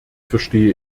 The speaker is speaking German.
verstehe